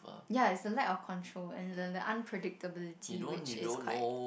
ya it's the lack of control and the the unpredictability which is quite